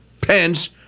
Pence